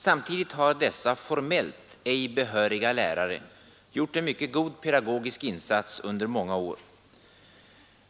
Samtidigt har dessa formellt ej behöriga lärare gjort en mycket god pedagogisk insats under många år.